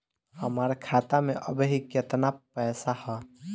हमार खाता मे अबही केतना पैसा ह?